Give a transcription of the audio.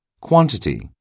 Quantity